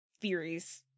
theories